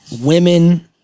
women